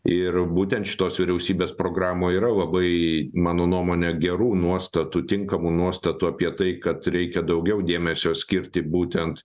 ir būtent šitos vyriausybės programoj yra labai mano nuomone gerų nuostatų tinkamų nuostatų apie tai kad reikia daugiau dėmesio skirti būtent